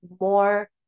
more